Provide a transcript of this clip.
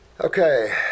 Okay